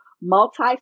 multi